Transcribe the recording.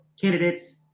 candidates